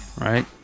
right